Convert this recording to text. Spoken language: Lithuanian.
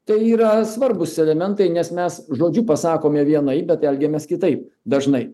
tai yra svarbūs elementai nes mes žodžiu pasakome vienaip bet elgiamės kitaip dažnai